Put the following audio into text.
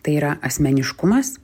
tai yra asmeniškumas